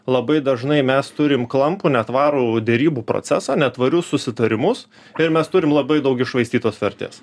labai dažnai mes turim klampų netvarų derybų procesą netvarius susitarimus ir mes turim labai daug iššvaistytos vertės